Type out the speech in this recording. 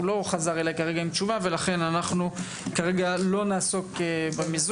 הוא לא חזר אליי כרגע עם תשובה ולכן אנחנו כרגע לא נעסוק במיזוג.